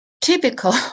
typical